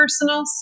personal